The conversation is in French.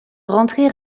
rentrer